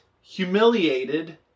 humiliated